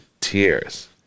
tears